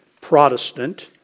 Protestant